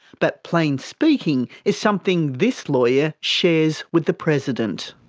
but plain-speaking is something this lawyer shares with the president.